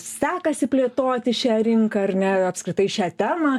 sekasi plėtoti šią rinką ar ne apskritai šią temą